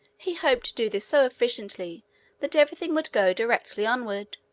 he hoped to do this so efficiently that every thing would go directly onward,